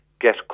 get